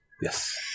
Yes